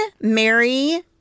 Mary